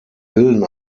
bilden